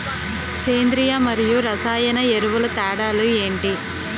సేంద్రీయ మరియు రసాయన ఎరువుల తేడా లు ఏంటి?